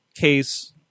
case